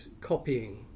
copying